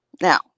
Now